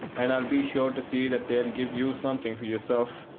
and i'll be sure to see that they'll give you something for yourself.